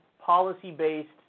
policy-based